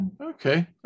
okay